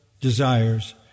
desires